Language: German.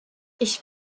ich